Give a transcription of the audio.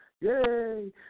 Yay